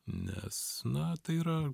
nes na tai yra